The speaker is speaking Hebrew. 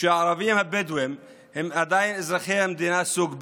שהערבים הבדואים הם עדיין אזרחי המדינה סוג ב'